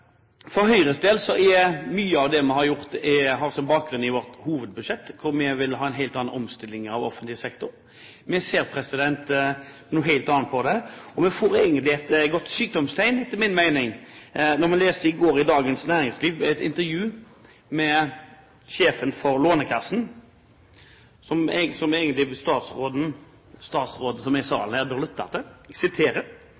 For Høyres del har mye av det vi har gjort, sin bakgrunn i vårt hovedbudsjett, hvor vi vil ha en helt annen omstilling av offentlig sektor. Vi ser helt annerledes på det, og det er egentlig et sykdomstegn, etter min mening, når vi leser i Dagens Næringsliv fra i går et intervju med sjefen for Lånekassen, som statsråden som er i salen, bør lytte til. Jeg siterer: «Det finnes ingen strategi eller et politisk prosjekt som